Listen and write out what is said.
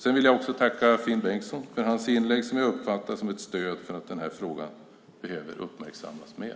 Jag vill också tacka Finn Bengtsson för hans inlägg som jag uppfattar som ett stöd för att den här frågan behöver uppmärksammas mer.